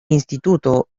instituto